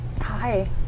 Hi